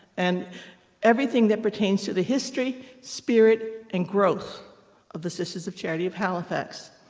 and everything that pertains to the history, spirit, and growth of the sisters of charity of halifax,